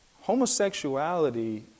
homosexuality